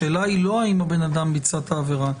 השאלה היא לא אם הבן-אדם ביצע את העבירה.